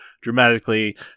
dramatically